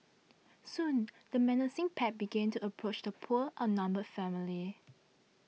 soon the menacing pack began to approach the poor outnumbered family